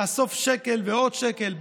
לאסוף שקל ועוד שקל.